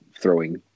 throwing